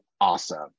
awesome